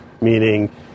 meaning